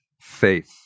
faith